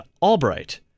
Albright